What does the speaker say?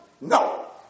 No